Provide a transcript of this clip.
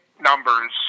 numbers